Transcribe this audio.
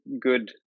good